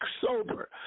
sober